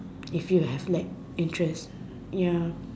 if you have like interest ya